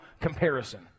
comparison